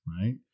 right